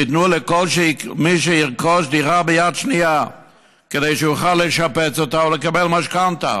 שתיתנו לכל מי שירכוש דירה ביד שנייה כדי שיוכל לשפץ אותה ולקבל משכנתה.